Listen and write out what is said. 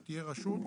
שתהיה רשות.